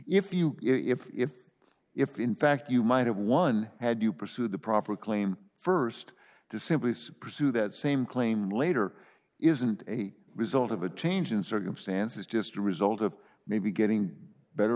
if you if if if in fact you might have one had to pursue the proper claim st to simply suppress you that same claim later isn't a result of a change in circumstances just a result of maybe getting better